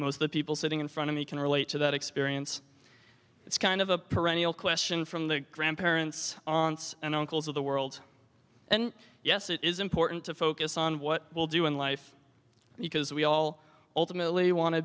most of the people sitting in front of me can relate to that experience it's kind of a perennial question from the grandparents aunts and uncles of the world and yes it is important to focus on what we'll do in life and you can we all ultimately want to